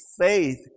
faith